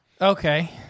Okay